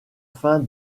fin